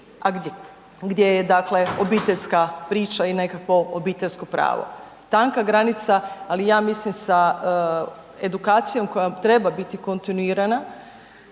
dakle obiteljska priča i nekakvo obiteljsko pravo, tanka granica, ali ja mislim sa edukacijom koja treba biti kontinuirana